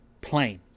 plane